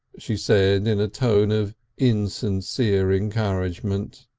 she said and a tone of insincere encouragement.